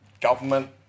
government